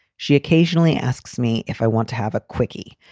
she occasionally asks me if i want to have a quickie,